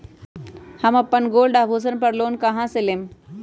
हम अपन गोल्ड आभूषण पर लोन कहां से लेम?